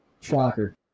Shocker